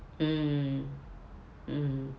mm mm